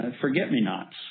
forget-me-nots